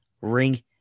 ring